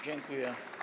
Dziękuję.